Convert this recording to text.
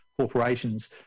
corporations